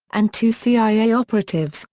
and two cia operatives,